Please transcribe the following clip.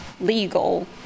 legal